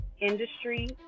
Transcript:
industry